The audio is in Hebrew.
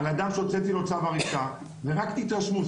על אדם שהוצאתי לו צו הריסה ורק תתרשמו,